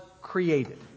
created